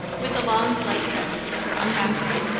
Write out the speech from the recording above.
with the long light tresses of her unbound hair.